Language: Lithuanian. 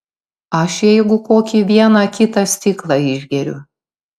aš jeigu kokį vieną kitą stiklą išgeriu